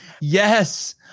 Yes